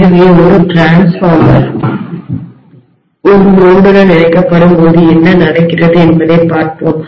எனவே ஒரு மின்மாற்றிடிரான்ஸ்ஃபார்மர் ஒரு சுமையுடன்லோடுடன் இணைக்கப்படும்போது என்ன நடக்கிறது என்பதைப் பார்ப்போம்